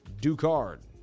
Ducard